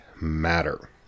matter